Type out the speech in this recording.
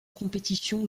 compétition